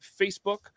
Facebook